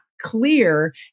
clear